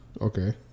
Okay